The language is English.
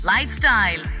Lifestyle